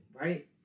Right